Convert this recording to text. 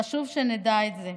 חשוב שנדע את זה.